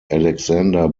alexander